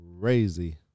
crazy